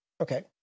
Okay